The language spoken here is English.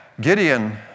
Gideon